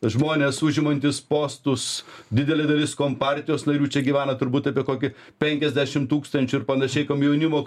žmonės užimantys postus didelė dalis kompartijos narių čia gyvena turbūt apie kokį penkiasdešimt tūkstančių ir panašiai komjaunimo